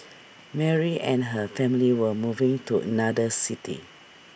Mary and her family were moving to another city